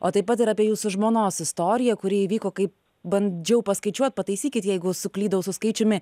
o taip pat ir apie jūsų žmonos istoriją kuri įvyko kai bandžiau paskaičiuot pataisykit jeigu suklydau su skaičiumi